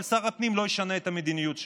אבל שר הפנים לא ישנה את המדיניות שלו.